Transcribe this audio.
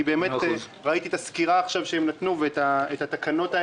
ראיתי את הסקירה שהם נתנו עכשיו ואת התקנות,